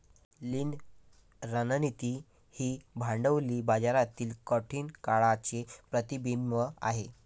लीन रणनीती ही भांडवली बाजारातील कठीण काळाचे प्रतिबिंब आहे